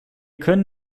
können